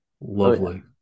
Lovely